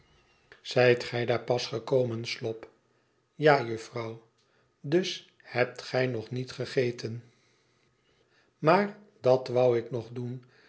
zijt gij daar pas gekomen slop ja juffrouw i dus hebt gij nog niet gegeten maar dat wou ik nog doen